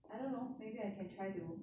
I don't know maybe I can try to